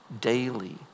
daily